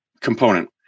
component